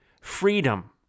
Freedom